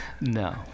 No